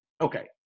Okay